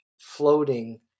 floating